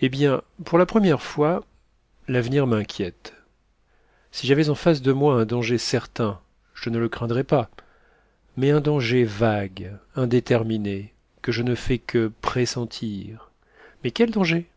eh bien pour la première fois l'avenir m'inquiète si j'avais en face de moi un danger certain je ne le craindrais pas mais un danger vague indéterminé que je ne fais que pressentir mais quel danger